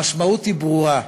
המשמעות היא ברורה: